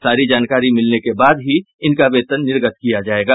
सारी जानकारी मिलने के बाद ही इनका वेतन निर्गत किया जायेगा